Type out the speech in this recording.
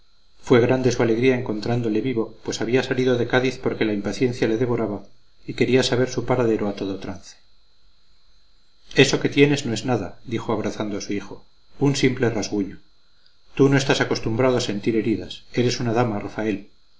fue su alegría encontrándole vivo pues había salido de cádiz porque la impaciencia le devoraba y quería saber su paradero a todo trance eso que tienes no es nada dijo abrazando a su hijo un simple rasguño tú no estás acostumbrado a sentir heridas eres una dama rafael